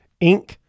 Inc